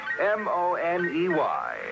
m-o-n-e-y